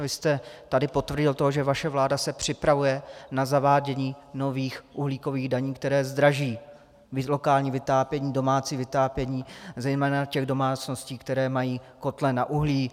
Vy jste tady potvrdil to, že vaše vláda se připravuje na zavádění nových uhlíkových daní, které zdraží lokální vytápění, domácí vytápění zejména těch domácností, které mají kotle na uhlí.